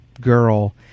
girl